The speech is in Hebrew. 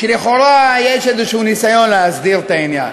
שלכאורה יש איזשהו ניסיון להסדיר את העניין.